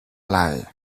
lie